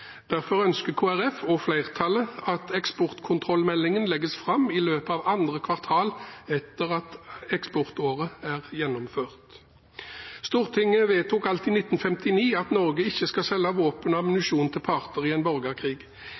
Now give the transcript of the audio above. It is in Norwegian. Derfor ønsker Kristelig Folkeparti og flertallet at eksportkontrollmeldingen legges fram i løpet av andre kvartal etter at eksportåret er omme. Stortinget vedtok alt i 1959 at Norge ikke skal selge våpen og ammunisjon til parter i en borgerkrig.